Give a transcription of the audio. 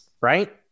right